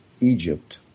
Egypt